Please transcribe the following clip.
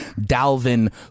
Dalvin